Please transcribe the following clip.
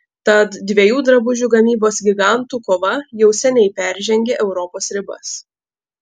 tad dviejų drabužių gamybos gigantų kova jau seniai peržengė europos ribas